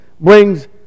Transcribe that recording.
brings